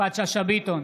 יפעת שאשא ביטון,